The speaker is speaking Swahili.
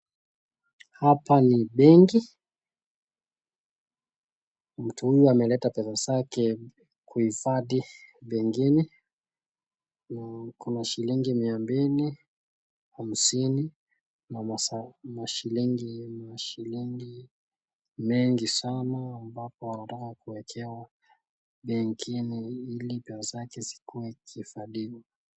Hapa ni benki, mtu huyu ameleta pesa zake kuhifadhi pengine kuna shilingi mia mbili, hamsini na mashilingi mashilingi mengi sana ambapo anataka kuwekewa pengine ili pesa zake zikuwe zikihifadhiwa.